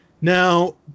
Now